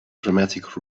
dramatic